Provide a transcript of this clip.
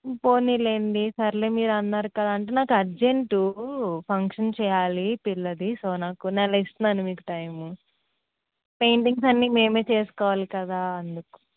పోనిలెండి సర్లే మీరు అన్నారు కదా అంటే నాకు అర్జెంటు ఫంక్షన్ చేయాలి పిల్లది సో నాకు నెల ఇస్తున్నాను మీకు టైం పెయింటింగ్స్ అన్ని మేమే చేసుకోవాలి కదా అందుకు